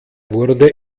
wurde